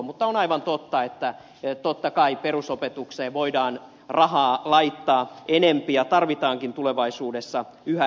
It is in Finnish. mutta on aivan totta että totta kai perusopetukseen voidaan rahaa laittaa enemmän ja tarvitaankin tulevaisuudessa yhä enemmän